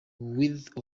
with